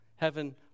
Heaven